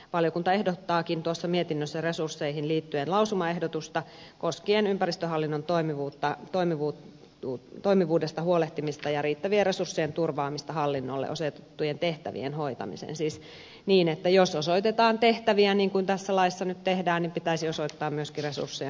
valiokunta ehdottaakin mietinnössään resursseihin liittyen lausumaehdotusta koskien ympäristöhallinnon toimivuudesta huolehtimista ja riittävien resurssien turvaamista hallinnolle asetettujen tehtävien hoitamiseen niin että jos osoitetaan tehtäviä niin kuin tässä laissa nyt tehdään pitäisi osoittaa myöskin resursseja niiden hoitamiseen